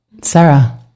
Sarah